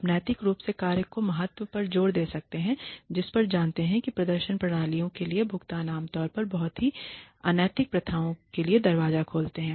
आप नैतिक रूप से कार्य के महत्व पर जोर दे सकते हैं जिसे आप जानते हैं कि प्रदर्शन प्रणालियों के लिए भुगतान आमतौर पर बहुत सी अनैतिक प्रथाओं के लिए दरवाजा खोलते हैं